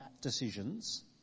decisions